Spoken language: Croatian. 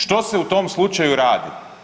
Što se u tom slučaju radi?